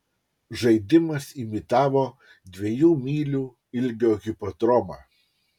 žaidimas imitavo dviejų mylių ilgio hipodromą